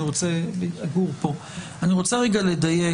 אני רוצה רגע לדייק.